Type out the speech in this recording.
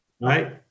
Right